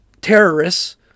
terrorists